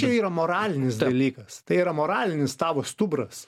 čia yra moralinis dalykas tai yra moralinis tavo stuburas